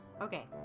Okay